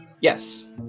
Yes